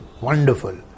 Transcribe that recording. wonderful